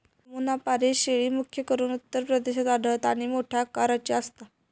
जमुनापारी शेळी, मुख्य करून उत्तर प्रदेशात आढळता आणि मोठ्या आकाराची असता